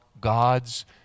God's